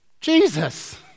Jesus